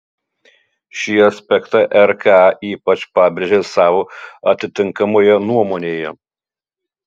šį aspektą rk ypač pabrėžė savo atitinkamoje nuomonėje